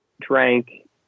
drank